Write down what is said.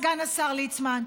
סגן השר ליצמן,